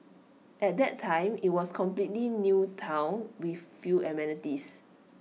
at that time IT was A completely new Town with few amenities